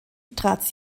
trat